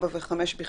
4 ו-5 בכלל.